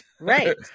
Right